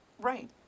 Right